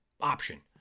option